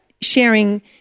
sharing